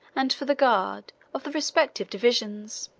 and for the guard, of the respective divisions.